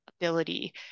ability